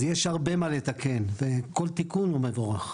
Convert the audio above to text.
אז יש הרבה מה לתקן, וכל תיקון הוא מבורך.